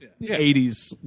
80s